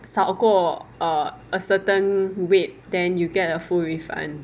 少过 err a certain weight then you get a full refund